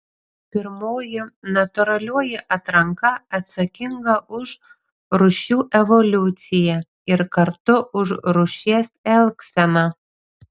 pirmoji natūralioji atranka atsakinga už rūšių evoliuciją ir kartu už rūšies elgseną